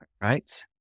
Right